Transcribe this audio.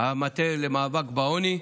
המטה למאבק בעוני,